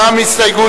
ההסתייגות